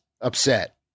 upset